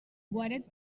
guaret